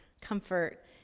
comfort